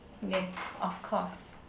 yes of course